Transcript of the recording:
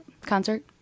concert